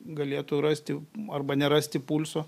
galėtų rasti arba nerasti pulso